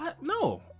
No